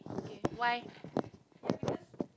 okay why